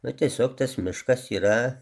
na tiesiog tas miškas yra